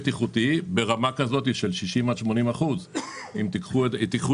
ברמה כזאת של 60% עד 80%. זה יגיע